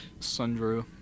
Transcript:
Sundrew